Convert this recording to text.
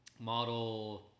Model